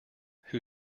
who